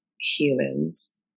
humans